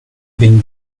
been